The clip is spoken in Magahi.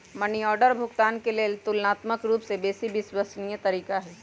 मनी ऑर्डर भुगतान के लेल ततुलनात्मक रूपसे बेशी विश्वसनीय तरीका हइ